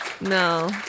No